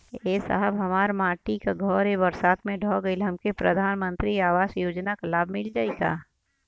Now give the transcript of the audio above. ए साहब हमार माटी क घर ए बरसात मे ढह गईल हमके प्रधानमंत्री आवास योजना क लाभ मिल जाई का?